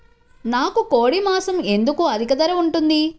నాకు కోడి మాసం ఎందుకు అధిక ధర ఉంటుంది?